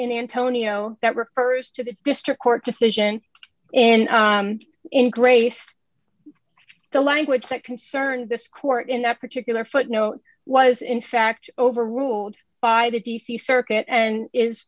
in antonio that refers to the district court decision and in grace the language that concerned this court in that particular footnote was in fact overruled by the d c circuit and is